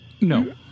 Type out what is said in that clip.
No